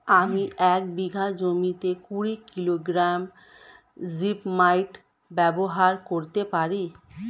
আমি এক বিঘা জমিতে কুড়ি কিলোগ্রাম জিপমাইট ব্যবহার করতে পারি?